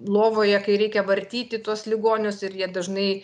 lovoje kai reikia vartyti tuos ligonius ir jie dažnai